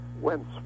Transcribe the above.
went